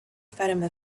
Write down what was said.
fatima